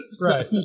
Right